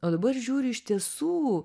o dabar žiūri iš tiesų